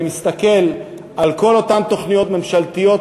ואני מסתכל על כל אותן תוכניות ממשלתיות